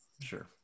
sure